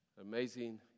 amazing